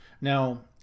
Now